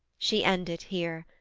she ended here,